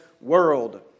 world